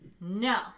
No